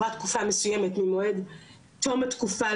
לשהייה בישראל כפי שזה מוגדר בתקנות,